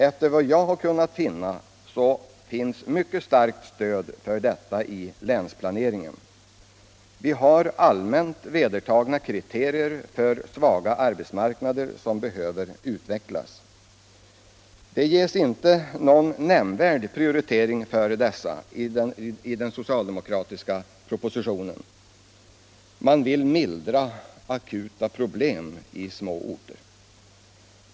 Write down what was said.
Efter vad jag har kunnat se finns starkt stöd för detta i länsplaneringen. Vi har allmänt vedertagna kriterier för svaga arbets Allmänpolitisk debatt Allmänpolitisk debatt marknader som behöver utvecklas. Det ges inte någon nämnvärd priorilering för dessa i den socialdemokratiska propositionen. Man vill ”mildra akuta problem” i små orter.